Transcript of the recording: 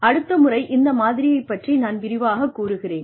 அடுத்த முறை இந்த மாதிரியைப் பற்றி நான் விரிவாகக் கூறுகிறேன்